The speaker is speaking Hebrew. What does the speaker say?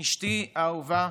אשתי האהובה,